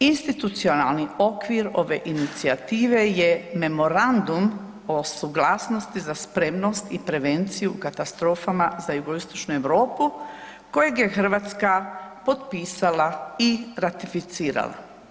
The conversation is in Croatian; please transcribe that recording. Institucionalni okvir ove inicijative je Memorandum o suglasnosti za spremnost i prevenciju katastrofama za jugoistočnu Europu kojeg je Hrvatska potpisala i ratificirala.